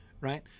right